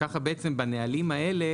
וככה בעצם בנהלים האלה